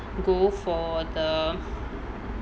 go for the